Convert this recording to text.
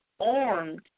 armed